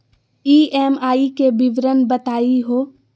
EMI के विवरण बताही हो?